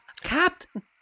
Captain